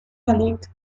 verlegt